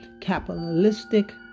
capitalistic